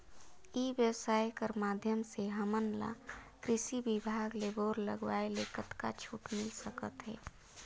ई व्यवसाय कर माध्यम से हमन ला कृषि विभाग ले बोर लगवाए ले कतका छूट मिल सकत हे?